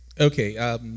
Okay